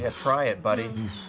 ah try it, buddy.